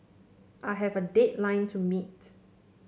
I have a deadline to meet